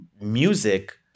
music